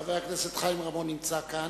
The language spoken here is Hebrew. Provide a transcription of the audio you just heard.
חבר הכנסת חיים רמון נמצא כאן.